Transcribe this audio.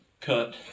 cut